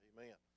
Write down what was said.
Amen